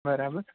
બરાબર